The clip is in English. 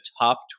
top